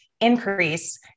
increase